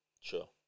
Sure